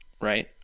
right